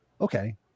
okay